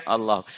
Allah